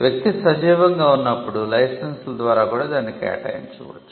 వ్యక్తి సజీవంగా ఉన్నప్పుడు లైసెన్స్ ల ద్వారా కూడా దానిని కేటాయించవచ్చు